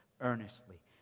earnestly